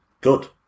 good